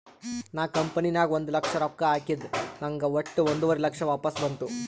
ನಾ ಕಂಪನಿ ನಾಗ್ ಒಂದ್ ಲಕ್ಷ ರೊಕ್ಕಾ ಹಾಕಿದ ನಂಗ್ ವಟ್ಟ ಒಂದುವರಿ ಲಕ್ಷ ವಾಪಸ್ ಬಂತು